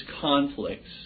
conflicts